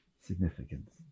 significance